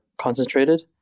concentrated